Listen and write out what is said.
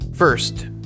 First